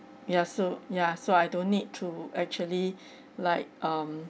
ya so ya so I don't need to actually like um